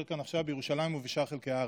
כאן עכשיו בירושלים ובשאר חלקי הארץ.